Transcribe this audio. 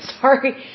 sorry